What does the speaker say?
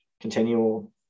continual